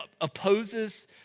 opposes